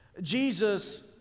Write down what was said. Jesus